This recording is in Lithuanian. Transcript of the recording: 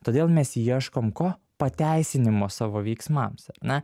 todėl mes ieškom ko pateisinimo savo veiksmams ane